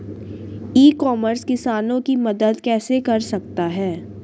ई commerce किसानों की मदद कैसे कर सकता है?